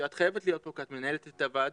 שאת חייבת להיות פה כי את מנהלת את הוועדה,